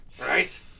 right